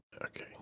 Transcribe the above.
Okay